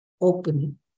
open